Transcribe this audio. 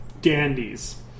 dandies